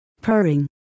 purring